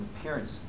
appearance